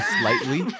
slightly